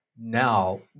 now